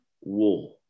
war